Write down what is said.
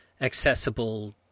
accessible